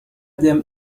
them